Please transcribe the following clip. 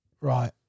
Right